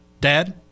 Dad